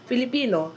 Filipino